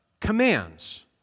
commands